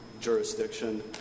jurisdiction